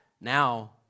Now